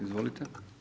Izvolite.